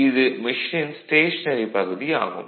இது மெஷினின் ஸ்டேஷனரி பகுதி ஆகும்